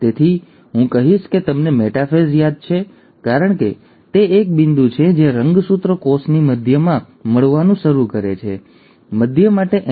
તેથી હું કહીશ કે તમને મેટાફેઝ યાદ છે કારણ કે તે એક બિંદુ છે જ્યાં રંગસૂત્ર કોષની મધ્યમાં મળવાનું શરૂ કરે છે મધ્ય માટે એમ